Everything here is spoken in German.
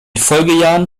folgejahren